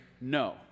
no